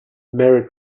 merry